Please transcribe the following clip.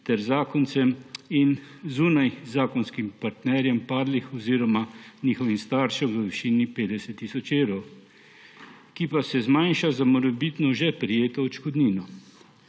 ter zakoncem in zunajzakonskim partnerjem padlih oziroma njihovim staršem v višini 50 tisoč evrov, ki pa se zmanjša za morebitno že prejeto odškodnino.